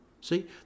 See